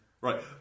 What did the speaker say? Right